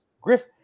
Griff